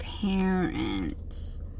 parents